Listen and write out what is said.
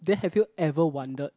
then have you ever wondered